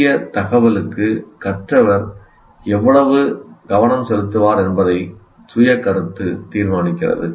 புதிய தகவலுக்கு கற்றவர் எவ்வளவு கவனம் செலுத்துவார் என்பதை சுய கருத்து தீர்மானிக்கிறது